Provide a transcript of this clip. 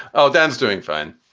oh, dan's doing fine.